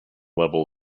level